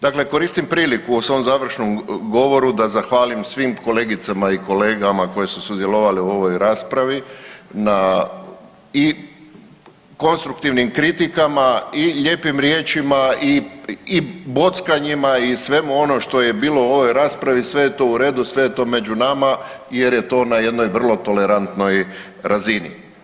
Dakle, koristim priliku u svom završnom govoru da zahvalim svim kolegicama i kolegama koji su sudjelovali u ovoj raspravi na i konstruktivnim kritikama, i lijepim riječima, i bockanjima i svemu onome što je bilo u ovoj raspravi sve je to u redu, sve je to među nama jer je to na jednoj vrlo tolerantnoj razini.